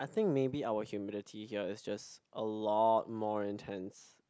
I think maybe our humidity here is just a lot more intense